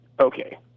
Okay